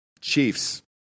Chiefs